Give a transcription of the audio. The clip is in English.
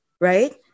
right